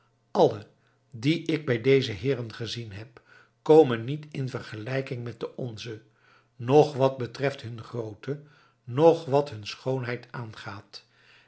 alle die ik bij deze heeren gezien heb komen niet in vergelijking met de onze noch wat betreft hun grootte noch wat hun schoonheid aangaat